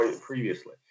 previously